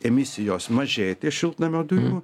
emisijos mažėti šiltnamio dujų